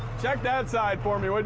check that side for me, like